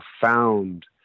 profound